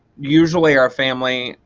usually our family,